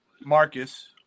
Marcus